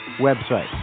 website